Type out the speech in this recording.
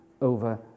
over